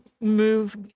move